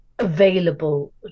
available